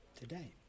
today